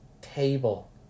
table